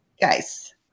guys